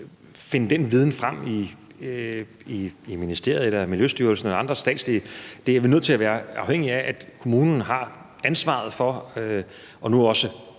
finde den viden frem i ministeriet, i Miljøstyrelsen eller andre statslige institutioner. Vi er nødt til at være afhængige af, at kommunen har ansvaret for og nu også